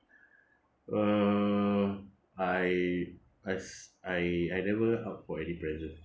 uh I I s~ I I never ask for any present